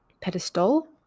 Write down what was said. Pedestal